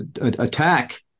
attack